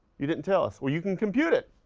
you didn't tell us. well, you can compute it.